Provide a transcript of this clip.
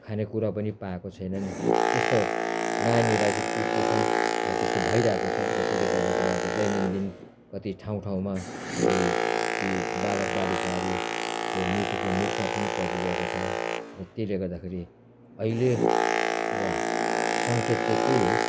खानेकुरा पनि पाएको छैनन् त्यस्तो नानीलाई चाहिँ कुपोषण अब त्यस्तो भइरहेको र त्यसले गर्दा उहाँको दैनन्दिन कति ठाउँठाउँमा यी ती बालकबालिकाहरूको मृत्युको मुखमा पनि परिरहेको छ र त्यसले गर्दाखेरि अहिले अब सङ्केत चाहिँ त्यही हो